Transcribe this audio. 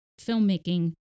filmmaking